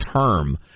term